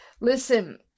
listen